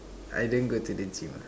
I didn't go to the gym ah